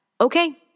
Okay